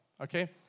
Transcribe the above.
okay